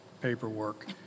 paperwork